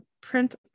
print